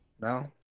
No